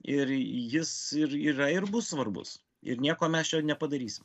ir jis ir yra ir bus svarbus ir nieko mes čia nepadarysim